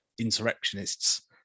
insurrectionists